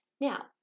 Now